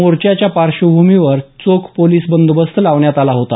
मोर्चाच्या पार्श्वभूमीवर चोख पोलिस बंदोबस्त लावण्यात आला होता